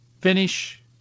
finish